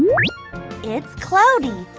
it's cloudy.